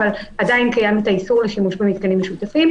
אבל עדיין קיים האיסור לשימוש במתקנים משותפים.